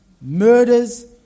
murders